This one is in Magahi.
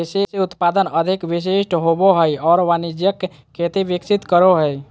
कृषि उत्पादन अधिक विशिष्ट होबो हइ और वाणिज्यिक खेती विकसित करो हइ